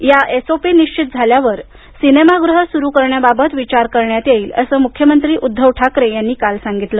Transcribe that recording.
या एसओपी निश्चित झाल्यावर सिनेमागृह सुरु करण्याबाबत विचार करण्यात येईल असे मुख्यमंत्री उद्धव ठाकरे यांनी काल सांगितलं